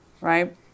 right